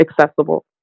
accessible